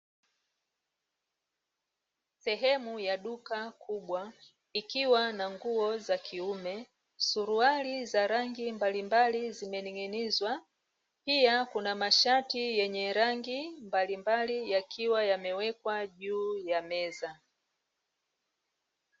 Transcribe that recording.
Sehemu ya duka kubwa ikiwa na nguo za kiume, suruali za rangi mbalimbali zimening'inizwa, pia kuna mashati yenye rangi mbalimbali yakiwa yamewekwa juu ya meza.